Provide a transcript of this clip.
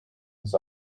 his